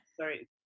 sorry